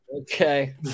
Okay